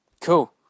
cool